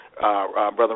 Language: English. Brother